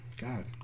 God